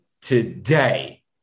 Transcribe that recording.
today